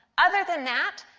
other than that,